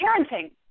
parenting